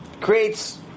creates